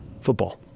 Football